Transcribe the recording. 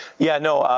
yeah, no.